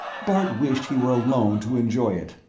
bart wished he were alone to enjoy it.